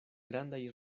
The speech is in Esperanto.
grandaj